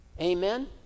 Amen